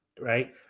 right